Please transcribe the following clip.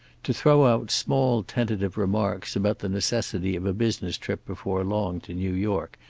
to throw out small tentative remarks about the necessity of a business trip before long to new york,